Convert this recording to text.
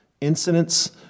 incidents